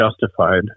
justified